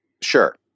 Sure